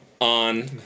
on